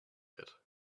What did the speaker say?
bit